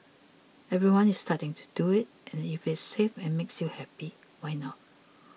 everyone is starting to do it and if it is safe and makes you happy why not